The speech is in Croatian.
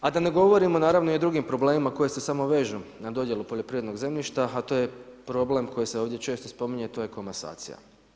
A da ne govorimo naravno o drugim problemima koji se samo vežu na dodjelu poljoprivrednog zemljišta, a to je problem koji se ovdje često spominje, to je komasacija.